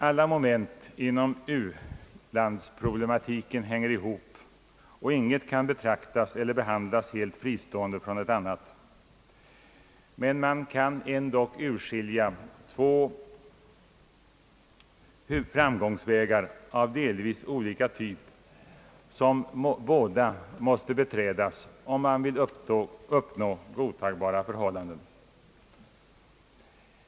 | Alla moment inom u-landsproblematiken hänger ihop, och inget kan betraktas eller behandlas helt fristående från ett annat. Men man kan ändock Ang. internationellt utvecklingsbistånd urskilja två framgångsvägar av delvis olika typ, som båda måste beträdas om man vill nå godtagbara förhållanden.